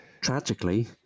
tragically